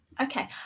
Okay